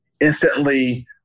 instantly